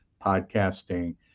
podcasting